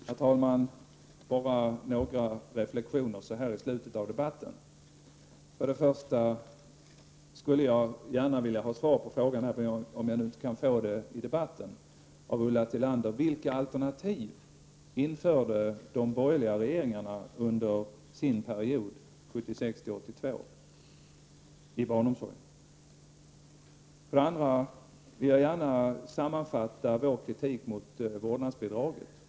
Herr talman! Bara några reflexioner så här i slutet av debatten. För det första skulle jag gärna vilja ha svar av Ulla Tillander — även om jag nu inte kan få det i debatten — på frågan om vilka alternativ i barnomsorgen som de borgerliga regeringarna införde under sin period, åren 1976-1982. För det andra vill jag gärna sammanfatta vår kritik mot vårdnadsbidraget.